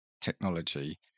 technology